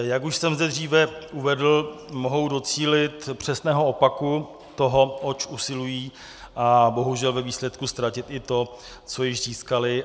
Jak už jsem zde dříve uvedl, mohou docílit přesného opaku toho, oč usilují, a bohužel ve výsledku ztratit i to, co již získali.